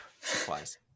supplies